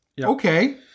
Okay